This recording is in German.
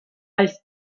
als